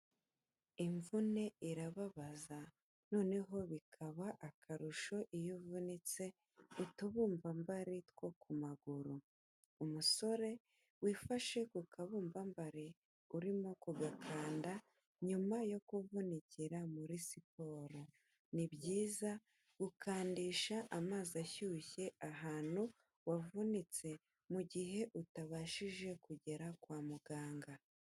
Imvune irababaza noneho bikaba akarusho iyo uvunitse utubumbabare two ku maguru. Umusore wifashe ku kabumbambare urimo ku gakanda nyuma yo kuvunikira muri siporo. Ni byiza gukandisha amazi ashyushye ahantu wavunitse mu gihe utabashije kugera kwa muganga.